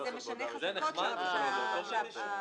בסדר --- דווקא בהמשך למה שנאמר על ידי יושב-ראש הוועדה,